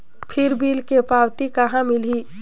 फिर बिल के पावती कहा मिलही?